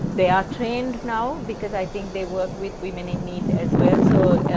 they are trained now because i think they work with women in need as well so,